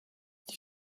die